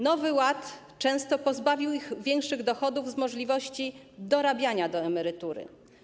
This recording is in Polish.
Nowy Ład często pozbawił ich większych dochodów związanych z możliwością dorabiania do emerytury.